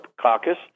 caucus